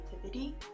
creativity